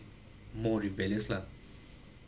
more rebellious lah